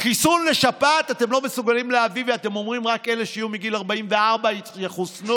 חיסון לשפעת אתם לא מסוגלים להביא ואתם אומרים: רק אלה מגיל 44 יחוסנו?